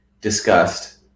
discussed